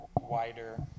wider